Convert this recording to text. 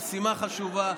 משימה חשובה.